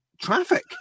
traffic